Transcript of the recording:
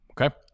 okay